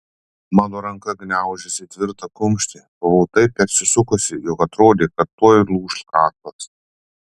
mano ranka gniaužėsi į tvirtą kumštį buvau taip persisukusi jog atrodė kad tuoj lūš kaklas